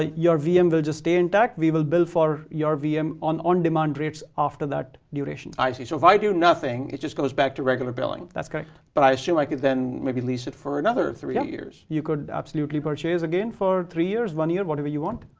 ah your vm will just stay intact. we will bill for your vm on on demand rates after that duration. i see. so if i do nothing, it just goes back to regular billing? that's correct. but i assume i could then maybe lease it for another three years. yeah. you could absolutely purchase again for three years, one year, whatever you want.